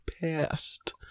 past